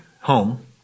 home